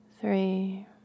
three